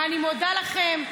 ואני מודה לכם.